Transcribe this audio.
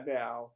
now